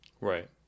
Right